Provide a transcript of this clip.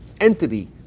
entity